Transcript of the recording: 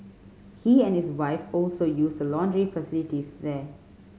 he and his wife also use the laundry facilities there